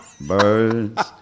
birds